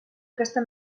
aquesta